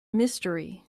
mystery